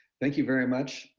thank you very much.